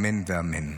אמן ואמן.